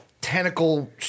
tentacle